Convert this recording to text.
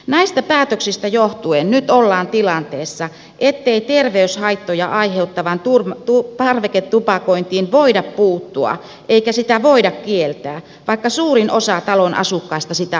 näistä päätöksistä johtuen nyt ollaan tilanteessa ettei terveyshaittoja aiheuttavaan parveketupakointiin voida puuttua eikä sitä voida kieltää vaikka suurin osa talon asukkaista sitä haluaisi